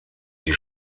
die